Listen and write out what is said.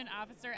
Officer